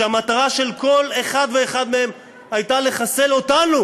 כשהמטרה של כל אחד ואחד מהם הייתה לחסל אותנו,